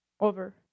over